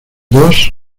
dos